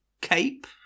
Cape